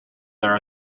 their